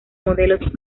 modelos